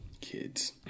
Kids